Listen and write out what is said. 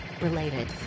related